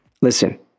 Listen